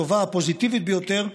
הטובה והפוזיטיבית ביותר,